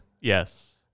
Yes